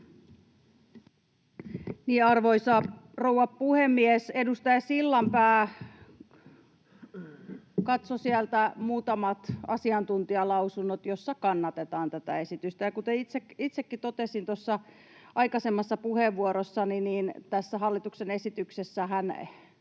Arvoisa rouva puhemies! Edustaja Sillanpää katsoi sieltä muutamat asiantuntijalausunnot, joissa kannatetaan tätä esitystä. Kuten itsekin totesin tuossa aikaisemmassa puheenvuorossani, niin tässä hallituksen esityksessähän